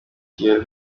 kigali